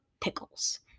pickles